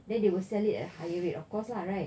then they will sell it at a higher rate of course lah right